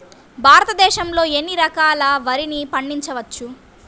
భారతదేశంలో ఎన్ని రకాల వరిని పండించవచ్చు